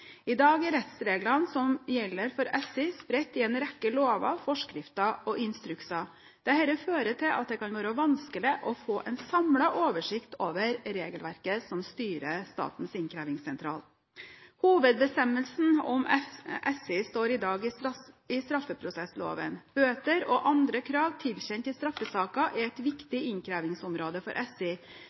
I dag er rettsreglene som gjelder for SI, spredt i en rekke lover, forskrifter og instrukser. Dette fører til at det kan være vanskelig å få en samlet oversikt over regelverket som styrer Statens innkrevingssentral. Hovedbestemmelsen om SI står i dag i straffeprosessloven. Bøter og andre krav tilkjent i straffesaker er et viktig innkrevingsområde for SI,